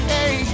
Hey